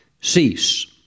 cease